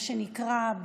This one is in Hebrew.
מה שנקרא,